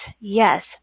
yes